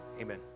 amen